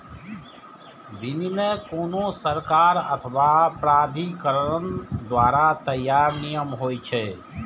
विनियम कोनो सरकार अथवा प्राधिकरण द्वारा तैयार नियम होइ छै